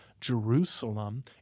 Jerusalem